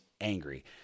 angry